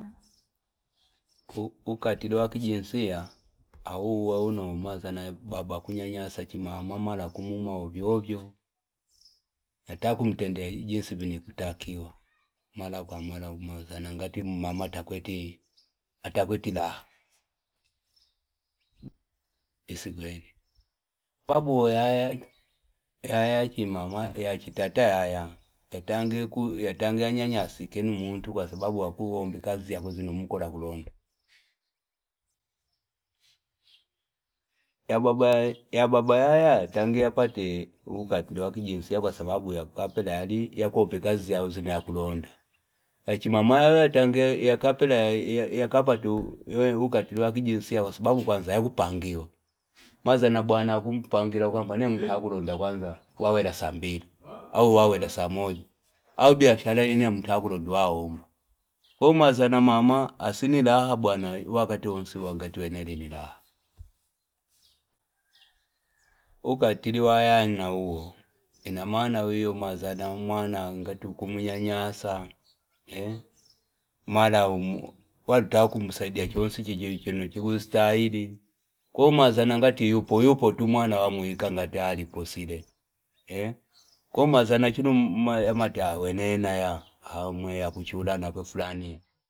Ukatili wa kijinsia awuwa uno umazana baba akunyanyasa chimama mala akumuma ovyo ovyo atakumutendea jinsi vina chikutakiwa mara kwa mara umazana ngati chimama yachitata yaya yatangebyanyanyasie numuntu kwa sababu akuomba kazi zake zino mukola akuomba yababa yaya yatange yapate ukatili wa kijinsia kwa sababu yakapela yakuomba kaazi yao iniyakulonda yachimama yakapata ukatili wa kijinsia kwasababu kwanza yakupingiwa umazana bwana akumupangira kwamba wawe la sambili wawela samoja au biashara hii ntikulandawaomba kaumazana mama asiailaha wakati bwana wene aliniraha ukatili wa yana uwe inoma na mwana wiya amazana ngati ukumnyanyasa e mara wala utikumsaidia chonsi chino chikustahiri ka umazana ngati yupo yupo mwana wamwika ngati alipo sile eh! ko umazana chino yamati wene yana ya awe ya kuchura nakwe fulani.